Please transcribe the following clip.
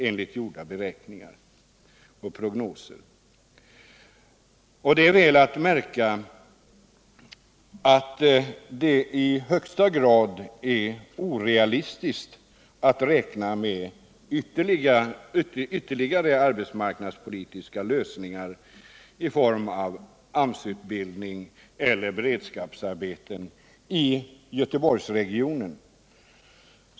Det är då väl att märka att det i högsta grad är orealistiskt att räkna med ytterligare arbetsmarknadspolitiska lösningar i form av AMS-utbildning eller beredskapsarbeten inom Göteborgsregionen.